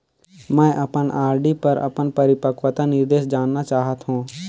मैं अपन आर.डी पर अपन परिपक्वता निर्देश जानना चाहत हों